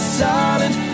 silent